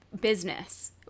business